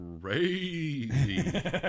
crazy